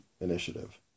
initiative